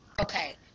Okay